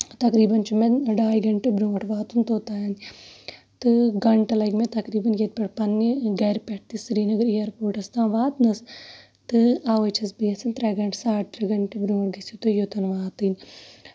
تَقریٖبَن چھُ مےٚ ڈاے گَنٹہٕ برونٹھ واتُن توٚتانۍ تہٕ گَنٹہٕ لگہِ مےٚ تَقریٖبَن ییٚتہِ پٮ۪ٹھ پَنٕنہِ گرِ پٮ۪ٹھ تہِ سرینَگرٕ اِیرپوٹَس تانۍ واتنَس تہٕ اَوے چھَس بہٕ یَژھان گَنٹہٕ ساڈ ترٛےٚ گَنٹہٕ برونٹھ گٔژھو تُہۍ یوٚتن واتٕنۍ